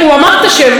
הוא אמר את השם.